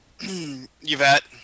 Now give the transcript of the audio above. Yvette